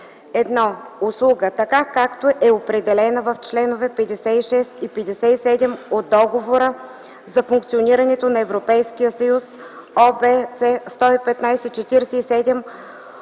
1. услуга, така както е определена в чл. 56 и 57 от Договора за функционирането на Европейския съюз (ОВ, С 115/47